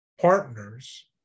partners